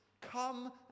Come